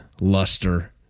luster